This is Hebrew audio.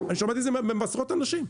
אני שמעתי את זה מעשרות אנשים.